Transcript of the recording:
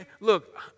Look